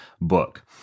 book